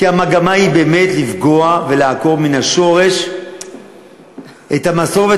כי המגמה היא באמת לפגוע ולעקור מן השורש את המסורת,